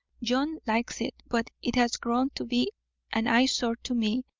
john likes it, but it has grown to be an eyesore to me,